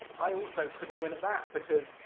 i also couldn't win at that. because,